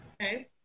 Okay